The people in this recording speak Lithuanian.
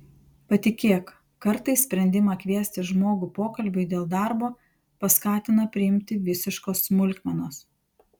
patikėk kartais sprendimą kviesti žmogų pokalbiui dėl darbo paskatina priimti visiškos smulkmenos